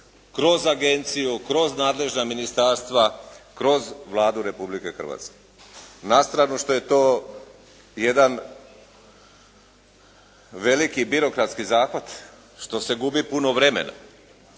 Kroz agenciju, kroz nadležna ministarstva, kroz Vladu Republke Hrvatske. Nastranu što je to jedan veliki birokratski zahvat, što se gubi puno vremena,